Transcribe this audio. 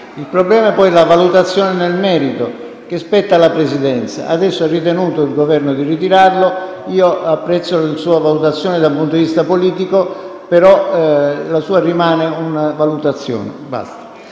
Il problema poi è la valutazione nel merito, che spetta alla Presidenza. Adesso il Governo ha ritenuto di ritirarla. Io apprezzo la sua valutazione dal punto di vista politico, senatore Volpi, però la sua rimane una valutazione.